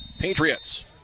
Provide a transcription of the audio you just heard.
Patriots